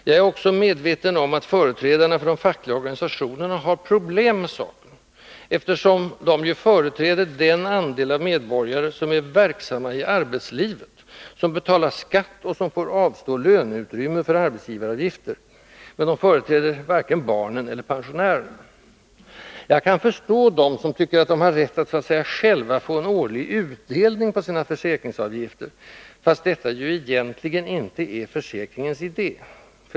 Jag är också medveten om att företrädarna för de fackliga organisationerna har problem med saken, eftersom de ju företräder den andel av medborgare som är verksamma i arbetslivet, som betalar skatt och som får avstå löneutrymme för arbetsgivaravgifter, men de företräder varken barnen eller pensionärerna. Jag kan förstå dem som tycker att de har rätt att så att säga själva få en årlig ”utdelning” på sina försäkringsavgifter — fast detta ju egentligen inte är försäkringens idé.